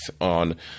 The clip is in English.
on